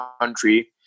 country